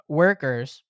workers